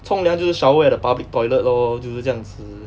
冲凉就是 shower at a public toilet lor 就是这样子